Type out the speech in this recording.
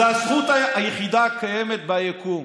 כאילו זכות ההפגנה זו הזכות היחידה הקיימת ביקום.